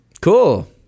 Cool